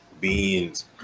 Beans